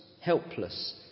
helpless